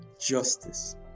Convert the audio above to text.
justice